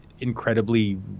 incredibly